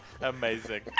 Amazing